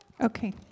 Okay